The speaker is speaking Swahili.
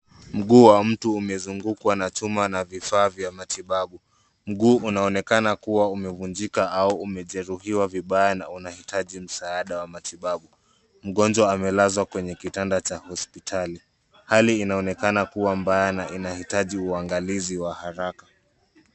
Mguu wa mtu umezungukwa na chuma na vifaa vya matibabu. Miguu unaonekana umevunjika au umejeruhiwa vibaya na unahitaji msaada wa matibabu. Mgonjwa amelazwa kwenye kitanda cha hospitali. Hali inaonekana kuwa mbaya na inahitaji uangalizi wa haraka.